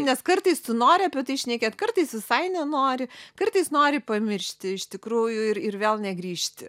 nes kartais tu nori apie tai šnekėt kartais visai nenori kartais nori pamiršti iš tikrųjų ir ir vėl negrįžti